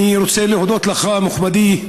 אני רוצה להודות לך, מכובדי,